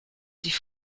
sich